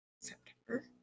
September